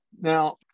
now